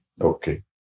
Okay